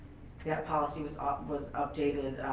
that policy was ah was updated